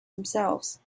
themselves